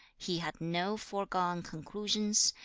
he had no foregone conclusions,